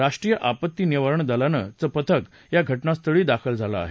राष्ट्रीय आपत्ती निवारण दलाचं पथक घटनास्थळी दाखल झालं आहे